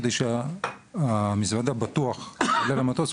כדי שהמזוודה בטוח עולה למטוס,